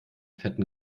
fetten